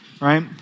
right